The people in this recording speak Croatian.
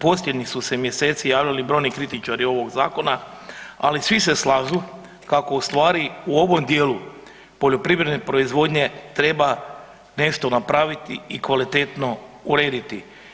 Posljednjih su se mjeseci javili brojni kritičari ovog zakona ali svi se slažu kako ustvari u ovom djelu poljoprivredne proizvodnje treba nešto napraviti i kvalitetno urediti.